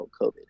COVID